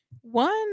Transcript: One